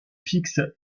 fixe